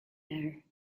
air